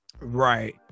right